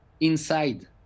inside